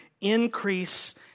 increase